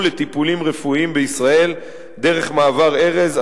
לטיפולים רפואיים בישראל דרך מעבר ארז,